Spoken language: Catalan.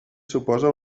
suposa